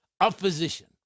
opposition